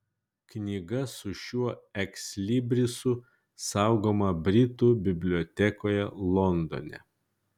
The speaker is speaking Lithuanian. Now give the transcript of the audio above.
knyga su šiuo ekslibrisu saugoma britų bibliotekoje londone